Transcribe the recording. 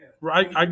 Right